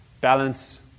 balance